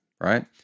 right